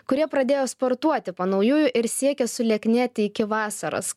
kurie pradėjo sportuoti po naujųjų ir siekia sulieknėti iki vasaros